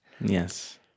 Yes